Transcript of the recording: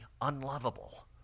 unlovable